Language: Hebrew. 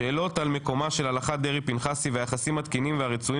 שאלות על מקומה של הלכת דרעי-פנחסי והיחסים התקינים והרצויים